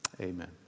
Amen